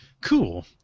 Cool